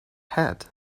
head